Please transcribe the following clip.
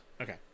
Okay